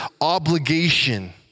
obligation